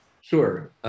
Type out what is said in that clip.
Sure